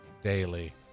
daily